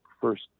first